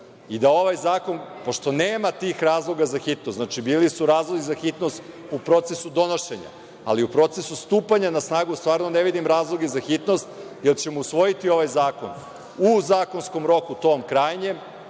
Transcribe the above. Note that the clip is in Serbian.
i da ovaj zakon, pošto nema tih razloga za hitnost, znači bili su razlozi za hitnost u procesu donošenja, ali u procesu stupanja na snagu, stvarno ne vidim razloge za hitnost, jer ćemo usvojiti ovaj zakon u krajnjem